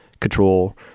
control